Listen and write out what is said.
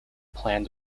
planned